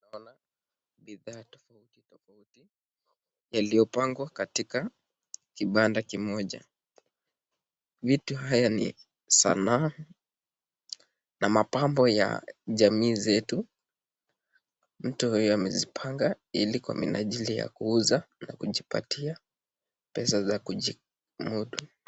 Hapa ninaona bidhaa tofauti tofauti, yaliopangwa katika kibanda kimoja. Vitu haya ni sanaa na mapambo ya jamii zetu. Mtu huyo amezipanga ili kwa minajili ya kuuza kujipatia pesa za kujimudu.